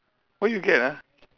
where you get ah